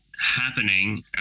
happening